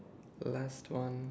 left one